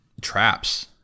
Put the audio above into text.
traps